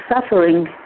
suffering